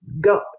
go